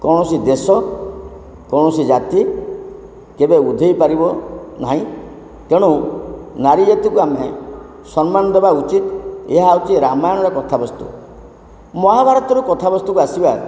କୌଣସି ଦେଶ କୌଣସି ଜାତି କେବେ ଉଧେଇପାରିବ ନାହିଁ ତେଣୁ ନାରୀ ଜାତିକୁ ଆମେ ସମ୍ମାନ ଦବା ଉଚିତ ଏହା ହଉଛି ରାମାୟଣର କଥାବସ୍ତୁ ମହାଭାରତର କଥାବସ୍ତୁକୁ ଆସିବା